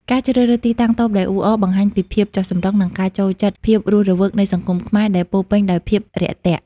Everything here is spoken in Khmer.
ការជ្រើសរើសទីតាំងតូបដែលអ៊ូអរ បង្ហាញពីភាពចុះសម្រុង និងការចូលចិត្តភាពរស់រវើកនៃសង្គមខ្មែរ ដែលពោរពេញដោយភាពរាក់ទាក់។